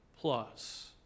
plus